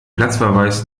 platzverweis